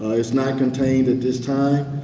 ah it's not contained at this time.